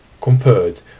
compared